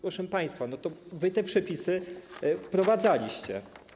Proszę państwa, to wy te przepisy wprowadzaliście.